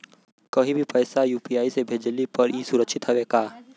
कहि भी पैसा यू.पी.आई से भेजली पर ए सुरक्षित हवे का?